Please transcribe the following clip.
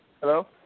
Hello